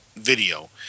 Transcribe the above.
video